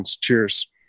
Cheers